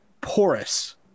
porous